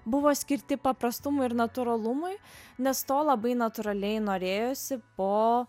buvo skirti paprastumui ir natūralumui nes to labai natūraliai norėjosi po